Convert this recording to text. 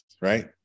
right